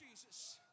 Jesus